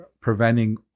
preventing